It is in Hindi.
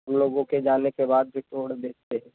हम लोगों के जाने के बाद भी तोड़ देते हैं